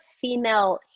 female